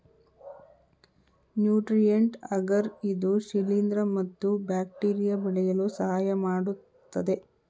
nutrient agar ಇದು ಶಿಲಿಂದ್ರ ಮತ್ತು ಬ್ಯಾಕ್ಟೀರಿಯಾ ಬೆಳೆಯಲು ಸಹಾಯಮಾಡತ್ತದೆ